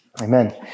Amen